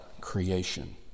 creation